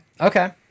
okay